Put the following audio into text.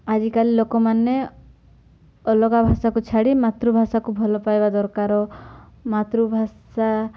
ଆଜିକାଲି ଲୋକମାନେ ଅଲଗା ଭାଷାକୁ ଛାଡ଼ି ମାତୃଭାଷାକୁ ଭଲ ପାଇବା ଦରକାର ମାତୃଭାଷା